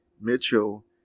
Mitchell